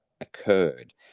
occurred